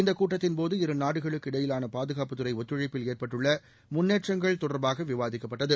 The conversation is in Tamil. இந்தக் கூட்டத்தின்போது இருநாடுகளுக்கு இடையிலான பாதுகாப்புத் துறை இத்துழைப்பில் ஏற்பட்டுள்ள முன்னேற்றங்கள் தொடர்பாக விவாதிக்கப்பட்டது